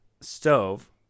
stove